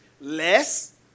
Less